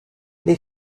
les